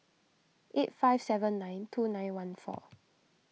eight five seven nine two nine one four